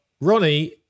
Ronnie